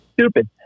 stupid